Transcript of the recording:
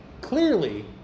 clearly